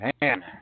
man